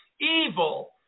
evil